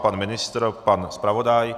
Pan ministr, pan zpravodaj?